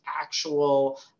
actual